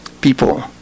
people